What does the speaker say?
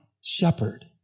shepherd